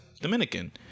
dominican